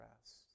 rest